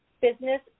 business